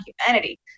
humanity